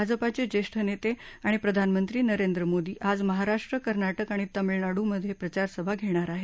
भाजपाचे ज्येष्ठ नेते आणि प्रधानमंत्री नरेंद्र मोदी आज महाराष्टू कर्नाटक आणि तामिळनाडू प्रचारसभा घेणार आहेत